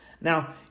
Now